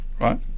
right